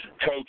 coach